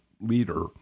leader